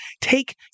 take